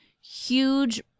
huge